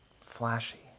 flashy